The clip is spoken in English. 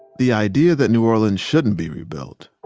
the idea that new orleans shouldn't be rebuilt,